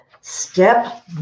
Step